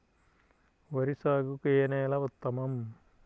వరి సాగుకు ఏ నేల ఉత్తమం?